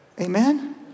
Amen